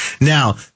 now